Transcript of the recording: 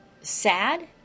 sad